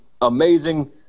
amazing